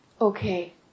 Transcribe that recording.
Okay